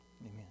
Amen